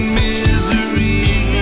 misery